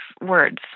words